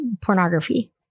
pornography